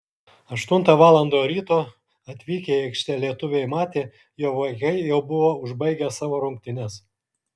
aštuntą valandą ryto atvykę į aikštę lietuviai matė jog vaikai jau buvo užbaigę savo rungtynes